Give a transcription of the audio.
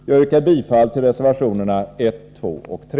Jag yrkar bifall till reservationerna 1, 2 och 3.